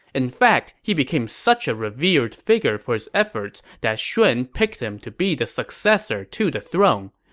in fact, he became such a revered figure for his efforts that shun picked him to be the successor to the throne.